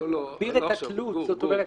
זה מגביר את התלות, זאת אומרת:.